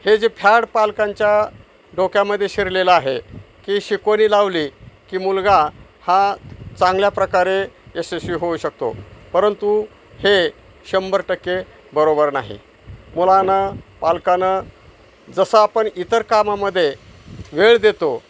हे जे फॅड पालकांच्या डोक्यामध्ये शिरलेलं आहे की शिकवणी लावली की मुलगा हा चांगल्या प्रकारे यशस्वी होऊ शकतो परंतु हे शंभर टक्के बरोबर नाही मुलांनं पालकानं जसं आपण इतर कामामध्ये वेळ देतो